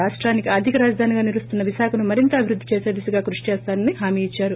రాష్టానికి ఆర్దిక రాజధానిగా నిలుస్తున్న విశాఖను మరింత అభివృద్ది చేసే దిశగా కృషి చేస్తానని హామీ ఇచ్చారు